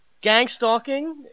gang-stalking